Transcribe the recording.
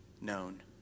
known